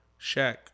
Shaq